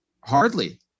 Hardly